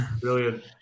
Brilliant